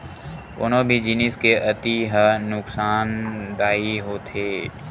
कोनो भी जिनिस के अति ह नुकासानदायी होथे